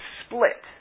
split